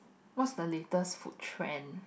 what's the latest food trend